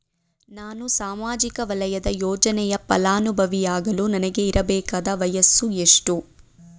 ನಾನು ಸಾಮಾಜಿಕ ವಲಯದ ಯೋಜನೆಯ ಫಲಾನುಭವಿಯಾಗಲು ನನಗೆ ಇರಬೇಕಾದ ವಯಸ್ಸುಎಷ್ಟು?